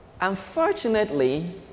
Unfortunately